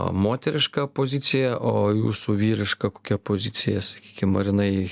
moteriška pozicija o jūsų vyriška kokia pozicija sakykim ar jinai